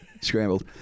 Scrambled